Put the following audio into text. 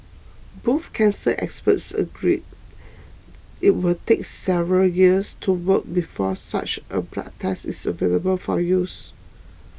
both cancer experts agree it will take several years to work before such a blood test is available for use